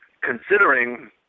considering